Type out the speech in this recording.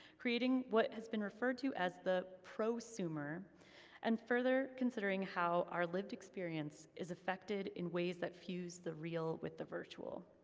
creating what has been referred to as the prosumer and further considering how our lived experience is affected in ways that fuse the real with the virtual.